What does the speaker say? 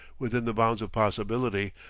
within the bounds of possibility,